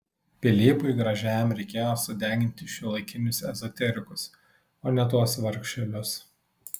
pilypui gražiajam reikėjo sudeginti šiuolaikinius ezoterikus o ne tuos vargšelius